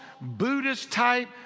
Buddhist-type